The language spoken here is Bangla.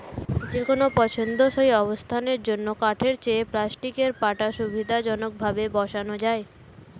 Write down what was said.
যেকোনো পছন্দসই অবস্থানের জন্য কাঠের চেয়ে প্লাস্টিকের পাটা সুবিধাজনকভাবে বসানো যায়